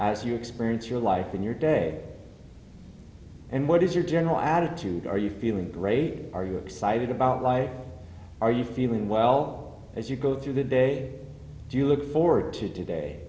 as you experience your life in your day and what is your general attitude are you feeling great are you excited about why are you feeling well as you go through the day do you look forward to today